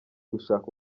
gushaka